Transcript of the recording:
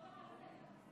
אין נמנעים.